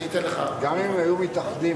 גם אם היו מתאחדים,